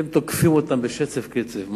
אתם תוקפים אותם בשצף קצף,